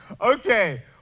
Okay